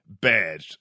bad